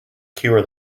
cure